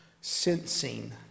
sensing